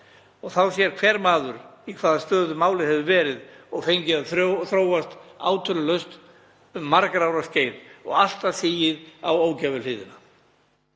Þá sér hver maður í hvaða stöðu málið hefur verið og fengið að þróast átölulaust um margra ára skeið og alltaf sigið á ógæfuhliðina.